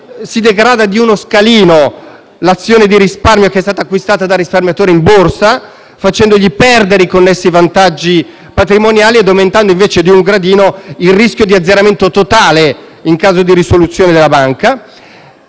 si degrada di uno scalino l'azione di risparmio che era stata acquistata dal risparmiatore in borsa, facendogli perdere i connessi vantaggi patrimoniali e aumentando invece di un gradino il rischio di azzeramento totale in caso di risoluzione della banca.